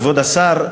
כבוד השר,